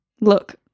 Look